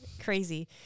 crazy